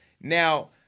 Now